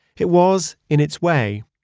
it was, in its way,